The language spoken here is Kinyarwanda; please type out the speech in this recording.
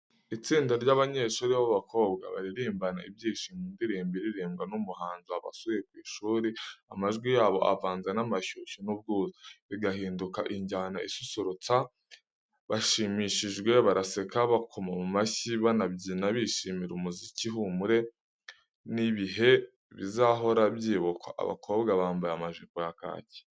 Itsinda ry’abanyeshuri b'abakobwa baririmbana ibyishimo indirimbo iririmbwa n’umuhanzi wabasuye ku ishuri. Amajwi yabo avanze n’amashyushyu n’ubwuzu, bigahinduka injyana isusurutsa. Bashimishijwe, baraseka, bakoma mu mashyi, banabyina, bishimira umuziki, ihumure, n’ibihe bizahora byibukwa. Abakobwa bambaye amajipo ya kacyi.